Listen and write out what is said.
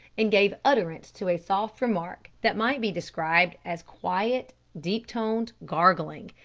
and gave utterance to a soft remark, that might be described as quiet, deep-toned gargling.